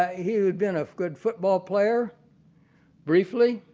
ah he had been a good football player briefly,